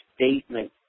statement